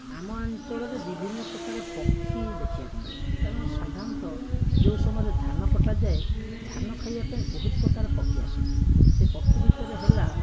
ଆମ ଅଞ୍ଚଳରେ ବିଭିନ୍ନ ପ୍ରକାର ପକ୍ଷୀ ଦେଖିବାକୁ ମିଳେ କାରଣ ସାଧାରଣତଃ ଯେଉଁ ସମୟରେ ଧାନ କଟା ଯାଏ ଧାନ ଖାଇବା ପାଇଁ ବହୁତ ପ୍ରକାର ପକ୍ଷୀ ଆସନ୍ତି ସେ ପକ୍ଷୀ ଭିତରେ ହେଲା